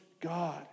God